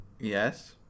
Yes